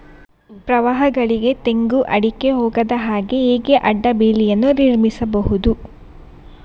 ಪ್ರವಾಹಗಳಿಗೆ ತೆಂಗು, ಅಡಿಕೆ ಹೋಗದ ಹಾಗೆ ಹೇಗೆ ಅಡ್ಡ ಬೇಲಿಯನ್ನು ನಿರ್ಮಿಸಬಹುದು?